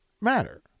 matter